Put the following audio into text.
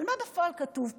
אבל מה בפועל כתוב פה?